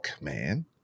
man